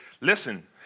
Listen